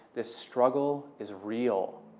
this struggle is real.